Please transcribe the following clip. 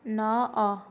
ନ ଅ